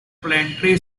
planetary